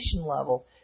level